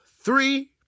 three